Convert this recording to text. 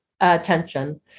attention